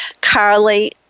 Carly